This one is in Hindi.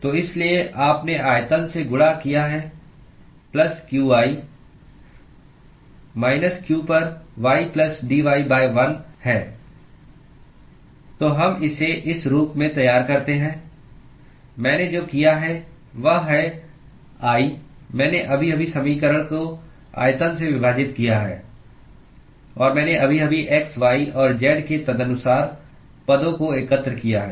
तो इसीलिए आपने आयतन से गुणा किया है प्लस qy माइनस q पर ydy 1 है तो पल हम इसे इस रूप में तैयार करते हैं मैंने जो किया है वह है I मैंने अभी अभी समीकरण को आयतन से विभाजित किया है और मैंने अभी अभी xy और z के तदनुसार पदों को एकत्र किया है